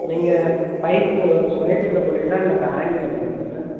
நீங்கள் pipe square ட்யூபில் போடுறீங்களா இல்லை ஆங்கிளில் பண்ணுறீங்களா சார்